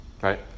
Right